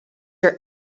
are